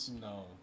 No